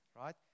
Right